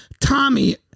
Tommy